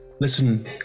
listen